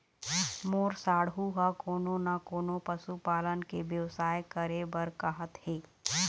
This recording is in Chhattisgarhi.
मोर साढ़ू ह कोनो न कोनो पशु पालन के बेवसाय करे बर कहत हे